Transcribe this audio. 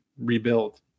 rebuild